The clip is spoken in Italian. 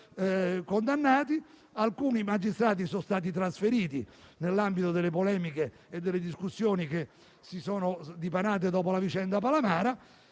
condannati; alcuni magistrati sono stati trasferiti nell'ambito delle polemiche e delle discussioni che si sono dipanate dopo la vicenda Palamara.